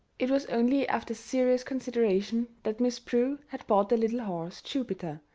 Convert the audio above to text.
it was only after serious consideration that miss prue had bought the little horse, jupiter,